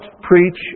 preach